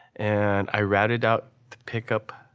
and i ratted out the pick up,